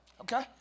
Okay